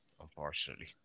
unfortunately